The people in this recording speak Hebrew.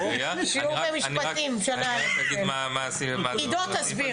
אחרי "בכלי הירייה" יבוא "או בכלי דמוי הירייה"